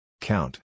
Count